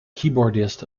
keyboardist